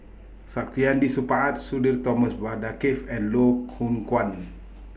Saktiandi Supaat Sudhir Thomas Vadaketh and Loh Kwan